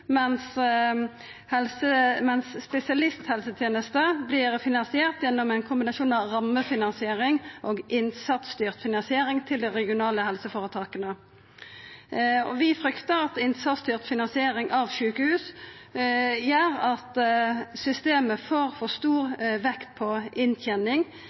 mens spesialisthelsetenesta vert finansiert gjennom ein kombinasjon av rammefinansiering og innsatsstyrt finansiering til dei regionale helseføretaka. Vi fryktar at innsatsstyrt finansiering av sjukehus gjer at systemet legg for